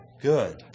good